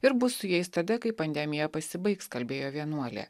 ir bus su jais tada kai pandemija pasibaigs kalbėjo vienuolė